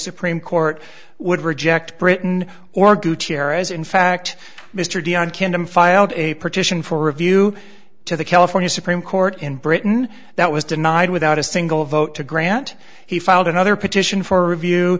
supreme court would reject britain or gutierrez in fact mr dionne candombe filed a petition for review to the california supreme court in britain that was denied without a single vote to grant he filed another petition for review